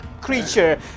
creature